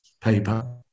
paper